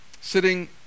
Sitting